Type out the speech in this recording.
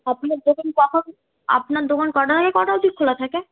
আপনার দোকান কখন আপনার দোকান কটায় কটা অব্দি খোলা থাকে